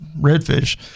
redfish